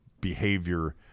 behavior